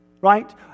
right